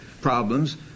problems